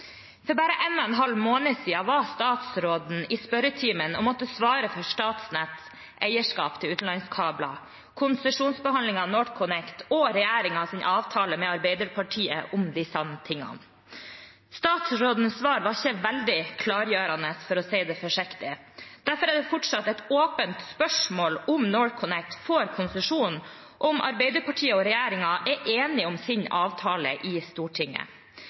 For bare 1,5 måned siden var statsråden i spørretimen og måtte svare for Statnetts eierskap til utenlandskabler, konsesjonsbehandling av NorthConnect og regjeringens avtale med Arbeiderpartiet om disse tingene. Statsrådens svar var ikke veldig klargjørende, for å si det forsiktig. Derfor er det fortsatt et åpent spørsmål om NorthConnect får konsesjon og om Arbeiderpartiet og regjeringen er enige om sin avtale i Stortinget.